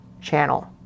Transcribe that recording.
channel